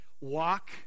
walk